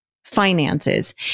finances